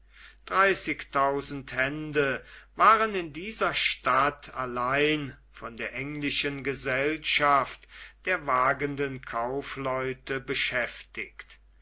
dreißigtausend hände waren in dieser stadt allein von der englischen gesellschaft der wagenden kaufleute beschäftigt